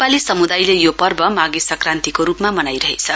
नेपाली समुदायले यो पर्व माघे संक्रान्तिको रूपमा मनाइरहेछ